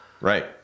right